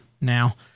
now